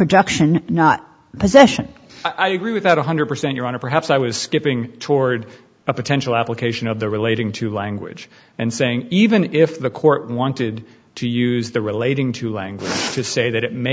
production not possession i agree with that one hundred percent your honor perhaps i was skipping toward a potential application of the relating to language and saying even if the court wanted to use the relating to language to say that it may